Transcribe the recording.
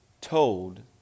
told